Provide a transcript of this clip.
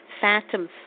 Phantom